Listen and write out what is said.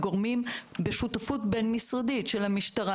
בשותפות בין-משרדית של המשטרה,